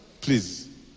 Please